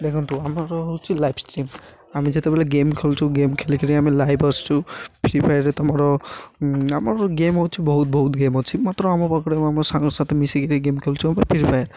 ଦେଖନ୍ତୁ ଆମର ହେଉଛି ଲାଇଭ୍ ଷ୍ଟ୍ରିମ୍ ଆମେ ଯେତେବେଲେ ଗେମ୍ ଖେଳୁଛୁ ଗେମ୍ ଖେଳିକରି ଆମେ ଲାଇଭ୍ ଆସୁଛୁ ଫ୍ରି ଫାୟାର୍ରେ ତୁମର ଆମର ଗେମ୍ ହେଉଛି ବହୁତ ବହୁତ ଗେମ୍ ଅଛି ମାତ୍ର ଆମ ପକରେ ଆମ ସାଙ୍ଗସାଥି ମିଶିକରି ଗେମ୍ ଖେଳୁଛୁ ଆମେ ଫ୍ରି ଫାୟାର୍